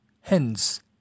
Hence